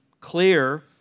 clear